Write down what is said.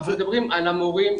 אנחנו מדברים על המורים,